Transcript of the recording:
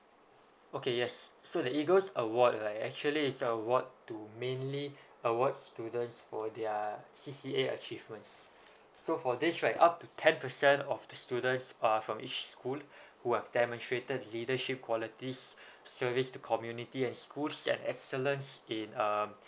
okay yes so the EAGLES award right actually is award to mainly award students for their C_C_A achievements so for these right up to ten percent of the students are from each school who have demonstrated leadership qualities service to community and schools that excellence in um